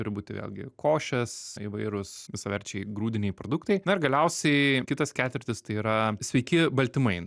turi būti vėlgi košės įvairūs visaverčiai grūdiniai produktai na ir galiausiai kitas ketvirtis tai yra sveiki baltymai